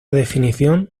definición